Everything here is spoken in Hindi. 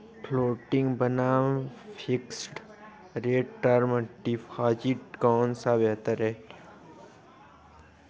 फ्लोटिंग बनाम फिक्स्ड रेट टर्म डिपॉजिट कौन सा बेहतर है?